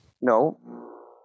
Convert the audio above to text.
No